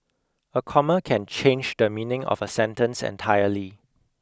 a comma can change the meaning of a sentence entirely